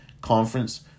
Conference